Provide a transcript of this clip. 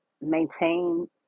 maintain